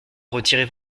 retirer